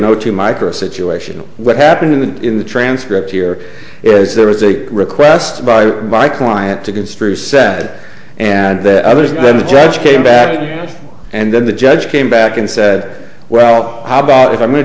no two micro situation what happened in the transcript here is there was a request by by client to construe said and that i was then the judge came back and then the judge came back and said well how about if i'm going to